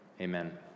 Amen